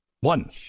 One